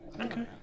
Okay